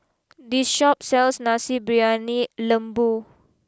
this Shop sells Nasi Briyani Lembu